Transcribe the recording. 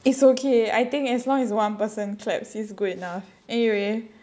it's okay I think as long as one person claps it's good enough anyway